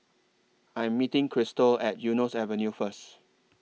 I Am meeting Christel At Eunos Avenue First